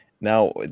now